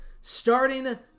starting